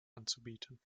anzubieten